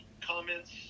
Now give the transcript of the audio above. comments